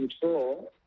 control